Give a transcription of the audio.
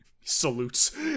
Salutes